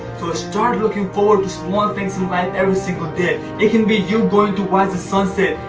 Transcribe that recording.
so start looking forward to small things in life every single day! it can be you going to watch the sunset!